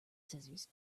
scissors